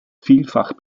vielfach